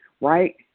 right